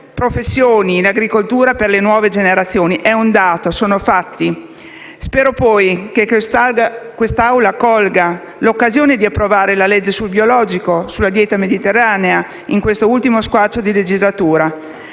professioni in agricoltura per le nuove generazioni. Questo è un dato, sono fatti. Spero poi che quest'Assemblea colga l'occasione di approvare la legge sul biologico e sulla dieta mediterranea in quest'ultimo squarcio di legislatura.